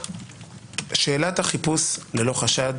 שאלת החיפוש ללא חשד